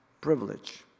privilege